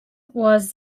was